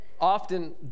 often